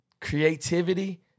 creativity